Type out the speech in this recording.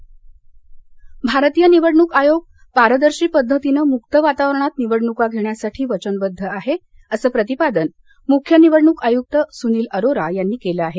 निवडणक भारतीय निवडणुक आयोग पारदर्शी पद्धतीनं मुक्त वातावरणात निवडणुका घेण्यासाठी वचनबद्ध आहे असं प्रतिपादन मुख्य निवडणुक आय़्क्त सुनील अरोरा यांनी केलं आहे